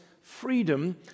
freedom